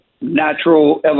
natural